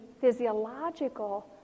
physiological